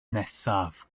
nesaf